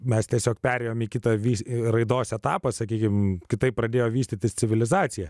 mes tiesiog perėjom į kitą raidos etapą sakykime kitaip pradėjo vystytis civilizacija